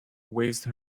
waste